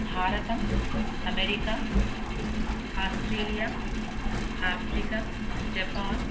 भारतं America Australia Africa Japan